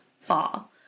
fall